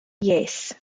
yes